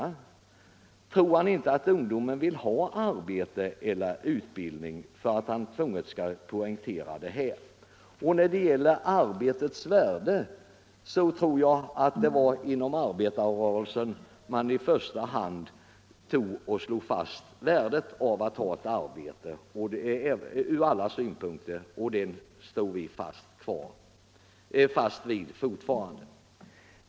Tror herr Eriksson inte att ungdomen vill ha arbete eller utbildning? När det gäller arbetets värde, så var det inom arbetarrörelsen som man först slog fast värdet från alla synpunkter av att ha ett arbete, och det står vi fast vid fortfarande.